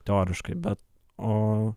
teoriškai bet o